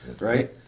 right